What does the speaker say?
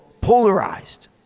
polarized